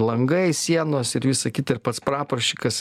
langai sienos ir visa kita ir pats praporščikas